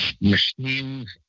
machines